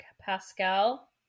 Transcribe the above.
Pascal